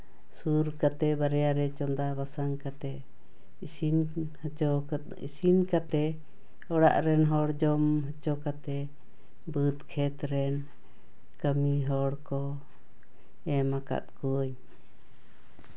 ᱥᱩᱨ ᱠᱟᱛᱮ ᱵᱟᱨᱭᱟ ᱨᱮ ᱪᱚᱸᱫᱟ ᱵᱟᱥᱟᱝ ᱠᱟᱛᱮ ᱤᱥᱤᱱ ᱦᱚᱪᱚ ᱤᱥᱤᱱ ᱠᱟᱛᱮ ᱚᱲᱟᱜ ᱨᱮᱱ ᱦᱚᱲ ᱡᱚᱢ ᱦᱚᱪᱚ ᱠᱟᱛᱮ ᱵᱟᱹᱫᱽ ᱠᱷᱮᱛ ᱨᱮᱱ ᱠᱟᱹᱢᱤ ᱦᱚᱲ ᱠᱚ ᱮᱢ ᱟᱠᱟᱫ ᱠᱚᱣᱟᱹᱧ